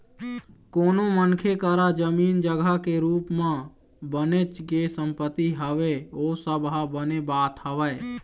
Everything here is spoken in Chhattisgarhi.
कोनो मनखे करा जमीन जघा के रुप म बनेच के संपत्ति हवय ओ सब ह बने बात हवय